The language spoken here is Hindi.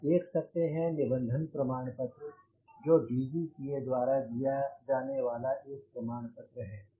आप देख सकते हैं निबंधन प्रमाणपत्र जो DGCA द्वारा दिया जाने वाला एक प्रमाणपत्र है